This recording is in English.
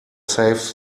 safe